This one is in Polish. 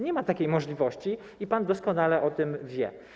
Nie ma takiej możliwości i pan doskonale o tym wie.